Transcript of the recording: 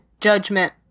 Judgment